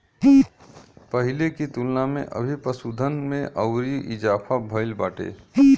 पहिले की तुलना में अभी पशुधन में अउरी इजाफा भईल बाटे